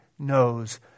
Knows